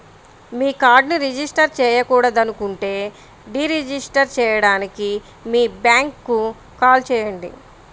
మీ కార్డ్ను రిజిస్టర్ చేయకూడదనుకుంటే deregister చేయడానికి మీ బ్యాంక్కు కాల్ చేయండి